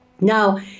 Now